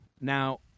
Now